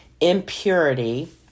impurity